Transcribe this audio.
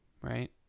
right